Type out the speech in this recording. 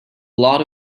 lot